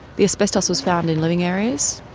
the asbestos was found in living areas,